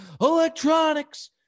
electronics